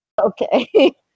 Okay